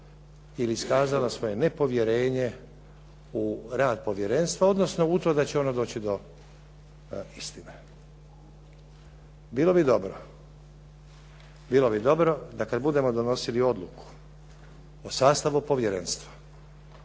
ili iskazala svoje nepovjerenje u rad povjerenstva, odnosno u to da će ono doći do istine. Bilo bi dobro, bilo bi dobro da kad budemo donosili odluku o sastavu povjerenstva,